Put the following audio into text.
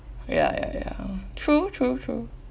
ya ya ya true true true